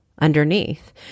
underneath